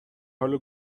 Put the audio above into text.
حال